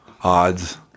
odds